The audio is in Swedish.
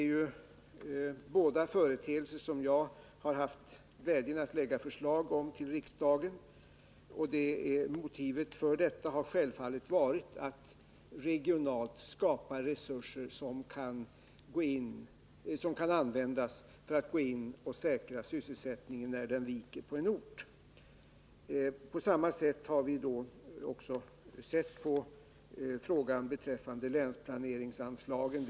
När det gäller båda dessa företeelser har jag ju haft glädjen att lägga fram förslag till riksdagen. Motivet för detta var självfallet att vi regionalt skulle skapa resurser som kunde användas för att gå in och säkra sysselsättningen när den viker på en ort. På samma sätt har vi sett på frågan om länsplaneringsanslagen.